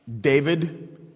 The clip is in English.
David